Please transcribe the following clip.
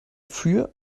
für